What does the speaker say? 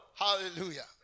hallelujah